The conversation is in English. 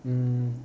mm